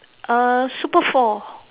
uh super four